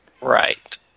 Right